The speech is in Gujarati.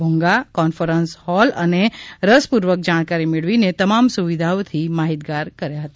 ભૂંગા કોન્ફરન્સ હોલ અંગે રસપૂર્વક જાણકારી મેળવીને તમામ સુવિધાઓથી માહિતગાર થયા હતા